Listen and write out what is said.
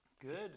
Good